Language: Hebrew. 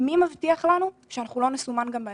מי מבטיח לנו שאנחנו לא נסומן גם בהמשך?